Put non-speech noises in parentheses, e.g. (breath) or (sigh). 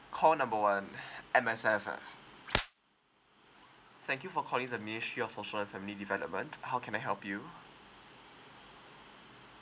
call number one (breath) M_S_F uh thank you for calling the ministry of social and family development how can I help you